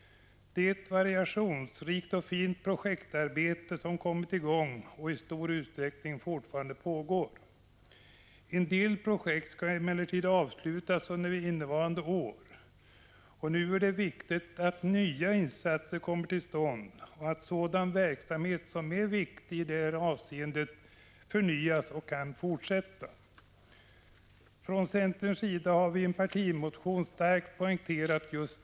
Det är ett variationsrikt och fint projektarbete som kommit i gång och som i stor utsträckning fortfarande pågår. En del projekt skall emellertid avslutas under innevarande år. Nu är det viktigt att nya insatser kommer till stånd och att verksamhet som är viktig i detta sammanhang kan förnyas och fortsätta. Från centerns sida har vi i en partimotion starkt poängterat detta.